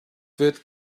wird